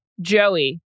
Joey